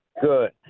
Good